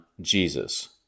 Jesus